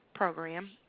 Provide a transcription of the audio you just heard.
program